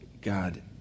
God